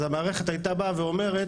אז המערכת הייתה באה ואומרת,